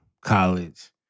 college